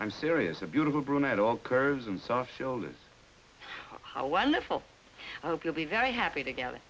i'm serious a beautiful brunette all curves and soft shoulders how wonderful i hope you'll be very happy to get